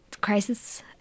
crisis